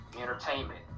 entertainment